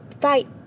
fight